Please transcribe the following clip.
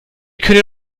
könntet